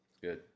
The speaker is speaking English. good